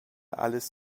alles